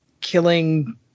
killing